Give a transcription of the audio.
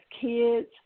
kids